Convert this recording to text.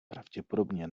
pravděpodobně